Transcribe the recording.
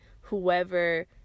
whoever